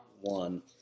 one